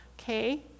Okay